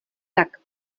tak